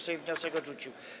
Sejm wniosek odrzucił.